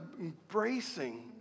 embracing